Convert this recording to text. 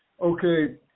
Okay